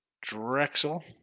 Drexel